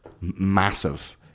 massive